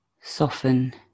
Soften